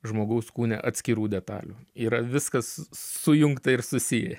žmogaus kūne atskirų detalių yra viskas sujungta ir susiję